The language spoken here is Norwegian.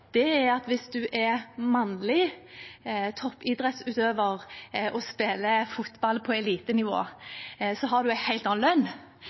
i, er at hvis man er mannlig toppidrettsutøver og spiller fotball på elitenivå, så har man en helt annen lønn